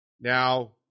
now